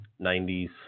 90s